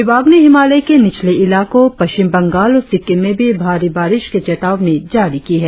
विभाग ने हिमालय के निचले इलाकों पश्चिम बंगाल और सिक्किम में भी भारी बारिश की चेताबनी जारी की है